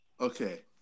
Okay